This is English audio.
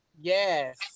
Yes